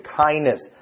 kindness